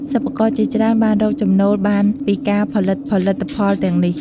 សិប្បករជាច្រើនបានរកចំណូលបានពីការផលិតផលិតផលទាំងនេះ។